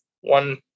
one